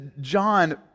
John